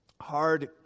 hard